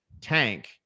tank